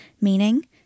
Meaning